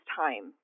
time